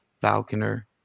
falconer